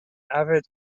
avid